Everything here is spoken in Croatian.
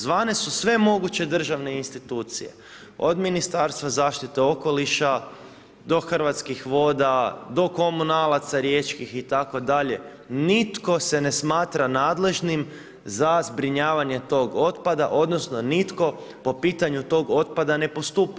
Zvane su sve moguće državne institucije, od Ministarstva zaštite okoliša do Hrvatskih voda, do komunalaca riječkih itd., nitko se ne smatra nadležnim za zbrinjavanje tog otpada odnosno nitko po pitanju tog otpada ne postupa.